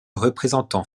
représentant